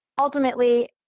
ultimately